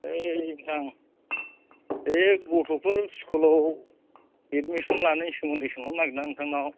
ओइ ओनोथां बे गथ'फोर स्कुलाव एडमिसन लानायनि सोमोन्दै सोंहरनो नागेरदां नोंथांनाव